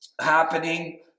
happening